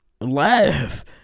laugh